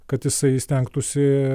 kad jisai stengtųsi